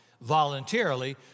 voluntarily